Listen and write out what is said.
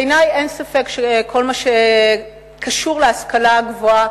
בעיני אין ספק שכל מה שקשור להשכלה הגבוהה,